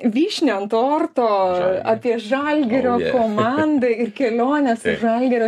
vyšnią ant torto apie žalgirio komandą ir keliones žalgirio